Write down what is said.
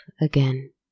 again